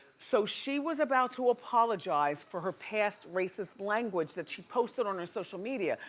so, she was about to apologize for her past racist language that she posted on her social media.